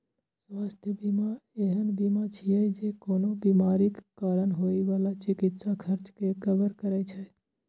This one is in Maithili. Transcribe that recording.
स्वास्थ्य बीमा एहन बीमा छियै, जे कोनो बीमारीक कारण होइ बला चिकित्सा खर्च कें कवर करै छै